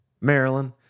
Maryland